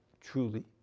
truly